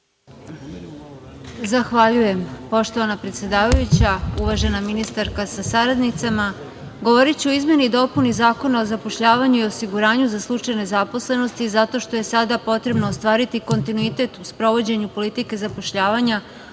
Zahvaljujem. Poštovana predsedavajuća, uvažena ministarsko sa saradnicama, govoriću o izmeni i dopuni Zakona o zapošljavanju i osiguranju za slučaj nezaposlenosti zato što je sada potrebno ostvariti kontinuitet u sprovođenju politike zapošljavanja